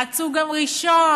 רצו גם ראשון.